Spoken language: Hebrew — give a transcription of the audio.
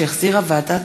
שהחזירה ועדת